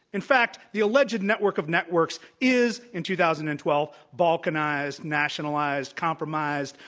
in fact, the alleged network of networks is, in two thousand and twelve, balkanized, nationalized, compromised,